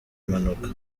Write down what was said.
mpanuka